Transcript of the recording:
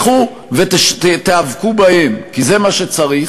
לכו ותיאבקו בהם, כי זה מה שצריך.